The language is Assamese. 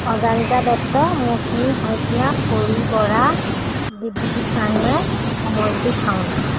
অজানিতা দত্ত মৌচুমী শইকীয়া পৰি বৰা দ্বীপজ্যোতি চাংমাই অমৰজ্যোতি খাউণ্ড